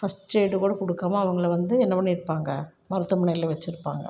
first aid கூட கொடுக்காம அவங்களை வந்து என்ன பண்ணியிருப்பாங்க மருத்துவமனையில் வெச்சுருப்பாங்க